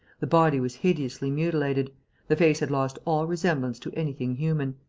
the body was hideously mutilated the face had lost all resemblance to anything human.